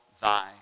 thy